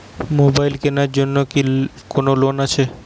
Mobile কেনার জন্য কি কোন লোন আছে?